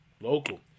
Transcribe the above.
local